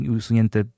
usunięte